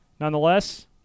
nonetheless